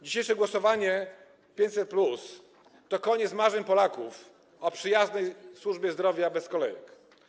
Dzisiejsze głosowanie za 500+ to koniec marzeń Polaków o przyjaznej służbie zdrowia bez kolejek.